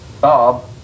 Bob